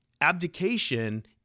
Abdication